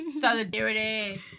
Solidarity